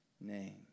name